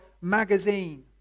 magazine